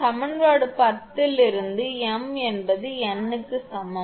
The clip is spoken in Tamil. சமன்பாடு 10 இலிருந்து m என்பது n க்கு சமம்